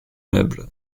meubles